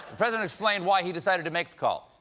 president explained why he decided to make the call.